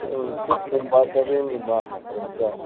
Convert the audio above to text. ꯎꯝ ꯁꯤꯛꯁꯀꯨꯝꯕ ꯁꯕꯦꯟꯒꯨꯝꯕ ꯑꯗꯨꯝ ꯆꯥꯏ